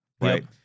Right